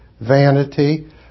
vanity